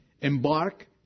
embark